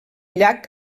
llac